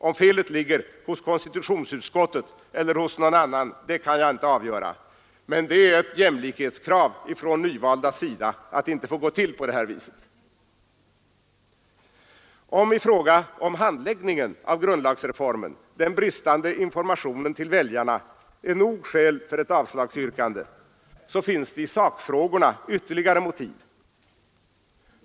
Om felet ligger hos konstitutionsutskottet eller någon annan kan inte jag avgöra, men det är ett jämlikhetskrav från de nyvaldas sida att det inte får gå till på det här viset. informationen till väljarna är nog skäl för ett avslagsyrkande, finns i sakfrågorna ytterligare motiv.